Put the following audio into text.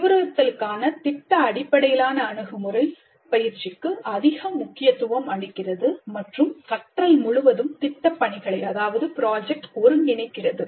அறிவுறுத்தலுக்கான திட்ட அடிப்படையிலான அணுகு முறை பயிற்சிக்கு அதிக முக்கியத்துவம் அளிக்கிறது மற்றும் கற்றல் முழுவதும் திட்டப்பணிகளை அதாவது ப்ராஜெக்ட் ஒருங்கிணைக்கிறது